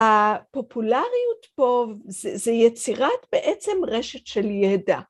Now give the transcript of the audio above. הפופולריות פה זה יצירת בעצם רשת של ידע